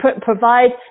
provide